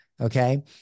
okay